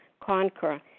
conquer